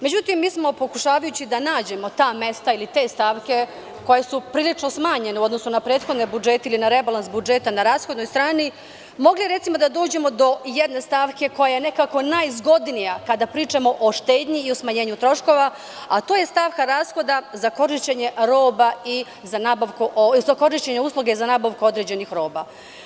Međutim, mi smo, pokušavajući da nađemo ta mesta ili te stavke koje su prilično smanjene u odnosu na prethodne budžete ili na rebalans budžeta, na rashodnoj strani, mogli da dođemo do jedne stavke koja je nekako najzgodnija, kada pričamo o štednji i o smanjenju troškova, a to je stavka rashoda za korišćenje usluga i za nabavku određenih roba.